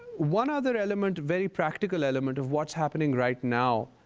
one other element very practical element of what's happening right now